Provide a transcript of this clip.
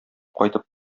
кайтып